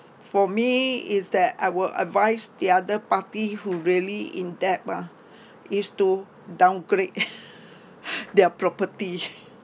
for me is that I will advice the other party who really in debt ah is to downgrade their property